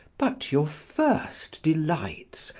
but your first delights,